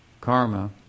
karma